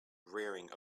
rearing